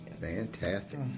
Fantastic